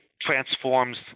transforms